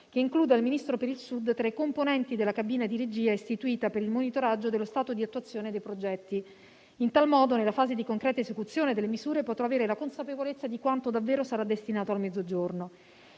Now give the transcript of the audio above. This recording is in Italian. che includa il Ministro per il Sud tra i componenti della cabina di regia istituita per il monitoraggio dello stato di attuazione dei progetti. In tal modo, nella fase di concreta esecuzione delle misure, potrò avere la consapevolezza di quanto davvero sarà destinato al Mezzogiorno.